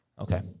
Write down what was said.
Okay